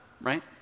right